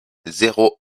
zéro